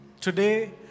today